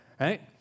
right